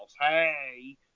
hey